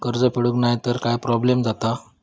कर्ज फेडूक नाय तर काय प्रोब्लेम जाता?